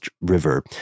River